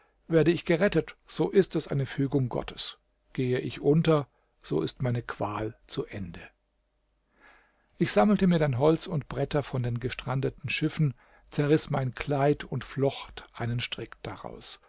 werde ich gerettet so ist es eine fügung gottes gehe ich unter so ist meine qual zu ende ich sammelte mir dann holz und bretter von den gestrandeten schiffen zerriß mein kleid und flocht einen strick daraus